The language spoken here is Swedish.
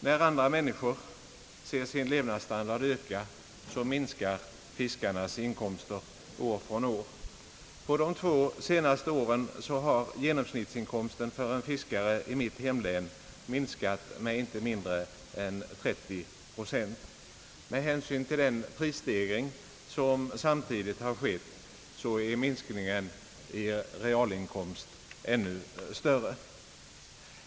När andra människor ser sin levnadsstandard öka, minskar fiskarnas inkomster år från år. Under de två senaste åren har genomsnittsinkomsten för fiskarna i mitt hemlän minskat med inte mindre än 30 pro cent. Med hänsyn till den prisstegring som samtidigt skett är minskningen i realinkomst ännu större.